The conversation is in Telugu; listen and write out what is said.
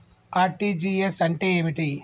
ఆర్.టి.జి.ఎస్ అంటే ఏమిటి?